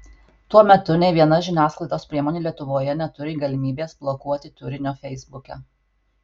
tuo metu nei viena žiniasklaidos priemonė lietuvoje neturi galimybės blokuoti turinio feisbuke